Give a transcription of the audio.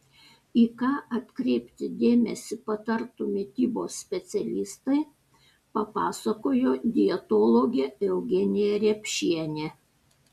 į ką atkreipti dėmesį patartų mitybos specialistai papasakojo dietologė eugenija repšienė